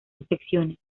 infecciones